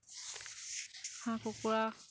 হাঁহ কুকুৰা